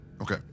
Okay